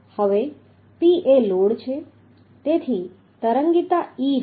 હવે P એ load છે તેથી તરંગીતા e હશે